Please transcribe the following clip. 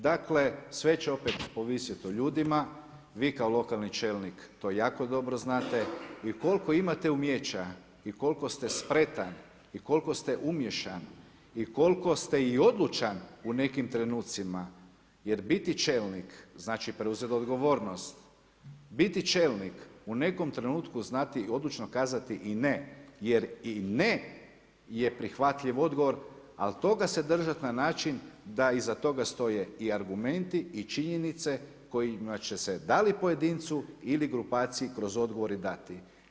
Dakle, sve će opet ovisiti o ljudima, vi kao lokalni čelnik to jako dobro znate i koliko imate umijeća i koliko ste spretan i koliko ste umiješan i koliko ste i odlučan u nekim trenucima jer biti čelnik znači preuzeti odgovornost, biti čelnik u nekom trenutku znato odlučno kazati i ne jer i ne je prihvatljiv odgovor ali toga se držati na način da iza toga stoje i argumenti i činjenice kojima će se da li pojedincu ili grupaciji kroz odgovore dati.